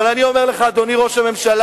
אבל אני אומר לך, אדוני ראש הממשלה,